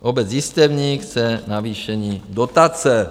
Obec Jistebník chce navýšení dotace.